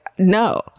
no